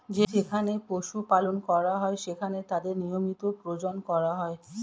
যেখানে পশু পালন করা হয়, সেখানে তাদের নিয়মিত প্রজনন করা হয়